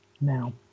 now